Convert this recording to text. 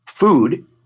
food